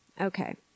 okay